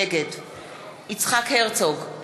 נגד יצחק הרצוג,